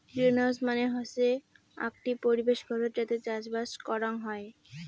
greenhouse মানে হসে আকটি পরিবেশ ঘরত যাতে চাষবাস করাং হই